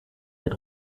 mit